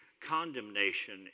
condemnation